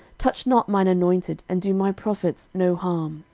touch not mine anointed, and do my prophets no harm.